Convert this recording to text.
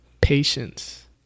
Patience